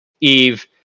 EVE